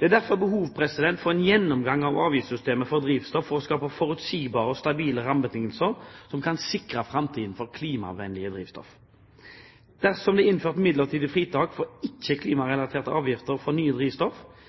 Det er derfor behov for en gjennomgang av avgiftssystemet for drivstoff for å skape forutsigbare og stabile rammebetingelser som kan sikre framtiden for klimavennlige drivstoff. Dersom det er innført midlertidige fritak for ikke-klimarelaterte avgifter for nye drivstoff,